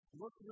look